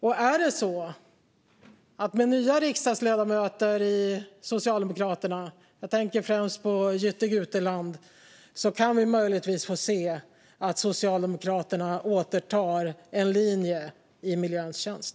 Kan vi med nya riksdagsledamöter i Socialdemokraterna - jag tänker främst på Jytte Guteland - möjligtvis få se Socialdemokraterna återta en linje i miljöns tjänst?